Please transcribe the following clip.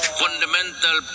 fundamental